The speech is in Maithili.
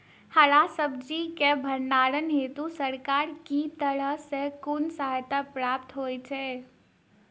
हरा सब्जी केँ भण्डारण हेतु सरकार की तरफ सँ कुन सहायता प्राप्त होइ छै?